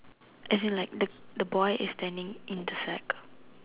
as like the the boy is standing in the sack